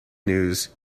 news